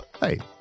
Hey